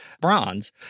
bronze